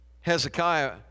Hezekiah